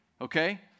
okay